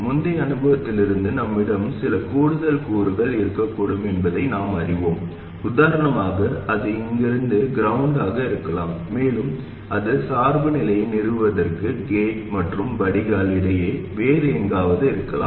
முந்தைய அனுபவத்திலிருந்து நம்மிடம் சில கூடுதல் கூறுகள் இருக்கக்கூடும் என்பதை நாம் அறிவோம் உதாரணமாக அது இங்கிருந்து க்ரௌண்டாக இருக்கலாம் மேலும் அது சார்புநிலையை நிறுவுவதற்கு கேட் மற்றும் வடிகால் இடையே வேறு எங்காவது இருக்கலாம்